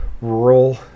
rural